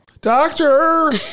doctor